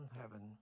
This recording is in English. heaven